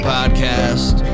Podcast